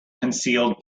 concealed